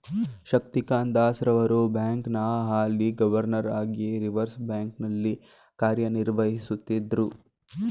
ಶಕ್ತಿಕಾಂತ್ ದಾಸ್ ರವರು ಬ್ಯಾಂಕ್ನ ಹಾಲಿ ಗವರ್ನರ್ ಹಾಗಿ ರಿವರ್ಸ್ ಬ್ಯಾಂಕ್ ನಲ್ಲಿ ಕಾರ್ಯನಿರ್ವಹಿಸುತ್ತಿದ್ದ್ರು